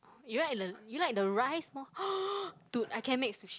you like the you like the rice more to I can make sushi